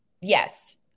Yes